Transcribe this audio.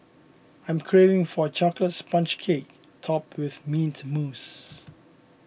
I am craving for a Chocolate Sponge Cake Topped with Mint Mousse